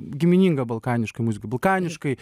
gimininga balkaniškai muzika balkaniškai